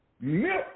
Milk